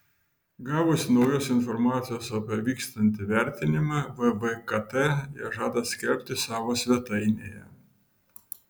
gavusi naujos informacijos apie vykstantį vertinimą vvkt ją žada skelbti savo svetainėje